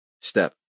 step